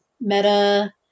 Meta